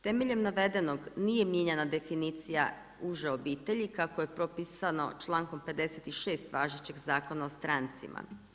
Temeljem navedenog, nije mijenjana definicija uže obitelji kako je propisano člankom 56. važećeg Zakona o strancima.